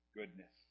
goodness